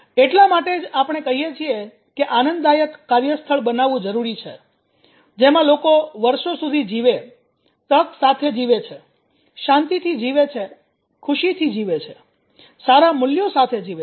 એટલા માટે જ આપણે કહીએ છીએ કે આનંદદાયક કાર્યસ્થળ બનાવવું જરૂરી છે જેમાં લોકો વર્ષો સુધી જીવે છે તક સાથે જીવે છે શાંતિથી જીવે છે ખુશીથી જીવે છે સારા મૂલ્યો સાથે જીવે છે